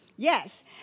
Yes